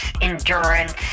endurance